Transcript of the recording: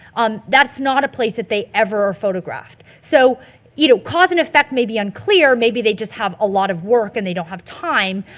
um that's not a place that they ever are photographed. so you know cause and effect may be unclear maybe they just have a lot of work and they don't have time,